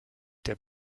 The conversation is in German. der